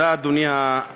תודה, אדוני היושב-ראש.